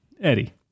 Eddie